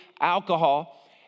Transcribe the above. alcohol